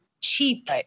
cheap